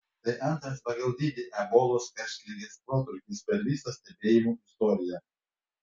tai antras pagal dydį ebolos karštligės protrūkis per visą stebėjimų istoriją